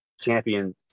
champion